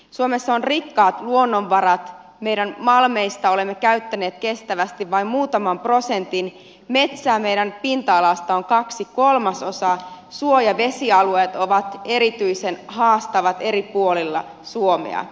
suomessa on rikkaat luonnonvarat meidän malmeista olemme käyttäneet kestävästi vain muutaman prosentin metsää meidän pinta alasta on kaksi kolmasosaa suo ja vesialueet ovat erityisen haastavat eri puolilla suomea